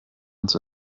uns